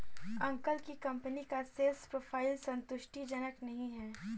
uncle की company का sales profile संतुष्टिजनक नही है